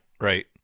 Right